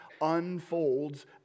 unfolds